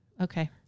Okay